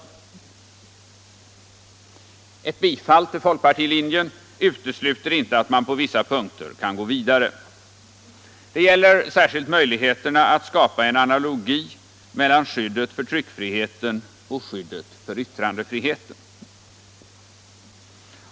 Ett bifall till folkpartilinjen utesluter inte att man på vissa punkter kan gå vidare. Det gäller särskilt möjligheterna att skapa en analogi mellan skyddet för tryckfriheten och skyddet för yttrandefriheten.